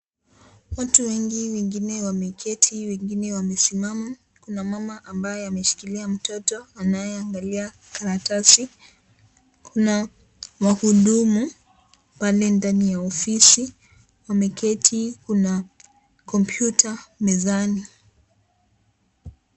Watu wengine wameketi, wengine wamesimamu. Kuna mama ambaye ameshikilia mtoto, anaye angalia karatasi. Kuna wahudumu, pale ndani ya ofisi. Wameketi, kuna kompyuta mezani.